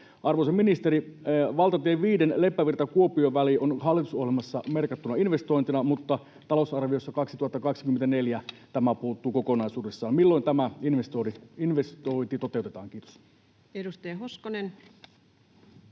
Arvoisa ministeri! Valtatie 5:n Leppävirta—Kuopio-väli on hallitusohjelmassa merkattuna investointina, mutta talousarviosta 2024 tämä puuttuu kokonaisuudessaan. Milloin tämä investointi toteutetaan? — Kiitos. Edustaja Hoskonen.